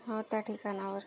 हं त्या ठिकाणावर